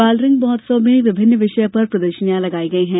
बालरंग महोत्सव में विभिन्न विषय पर प्रदर्शनियाँ लगाई गई हैं